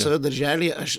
save darželyje aš